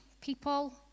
people